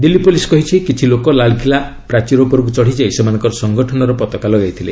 Delhi police କହିଛି କିଛି ଲୋକ ଲାଲ୍କିଲ୍ଲା ପ୍ରାଚୀର ଉପରକୁ ଚଢ଼ିଯାଇ ସେମାନଙ୍କର ସଙ୍ଗଠନର ପତାକା ଲଗାଇଥିଲେ